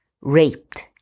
raped